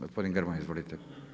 Gospodin Grmoja izvolite.